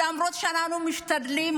למרות שאנחנו משתדלים,